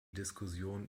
diskussion